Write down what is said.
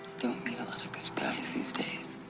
don't meet a lot of good guys these days.